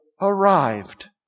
arrived